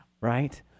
right